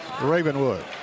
Ravenwood